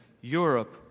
Europe